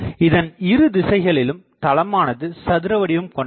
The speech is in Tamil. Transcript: இதன் இரு திசைகளிலும் தளமானது சதுரவடிவம் கொண்டது